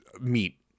meat